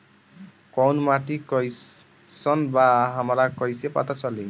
कोउन माटी कई सन बा हमरा कई से पता चली?